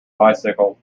bicycle